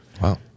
Wow